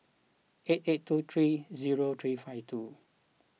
eight eight two three zero three five two